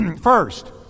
First